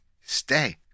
stay